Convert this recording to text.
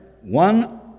one